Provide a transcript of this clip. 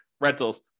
rentals